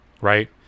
right